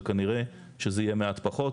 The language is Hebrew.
וכנראה שזה יהיה מעט פחות.